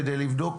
כדי לבדוק,